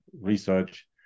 research